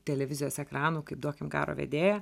televizijos ekranų kaip duokim garo vedėją